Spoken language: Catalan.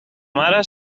mare